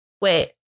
Wait